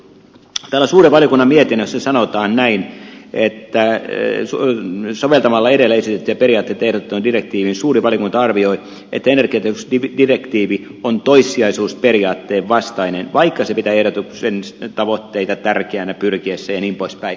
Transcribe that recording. täällä suuren valiokunnan mietinnössä sanotaan näin että soveltamalla edellä esitettyjä periaatteita ehdotettuun direktiiviin suuri valiokunta arvioi että energiatehokkuusdirektiivi on toissijaisuusperiaatteen vastainen vaikka se pitää ehdotuksen tavoitteita tärkeänä pyrittäessä jnp